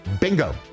Bingo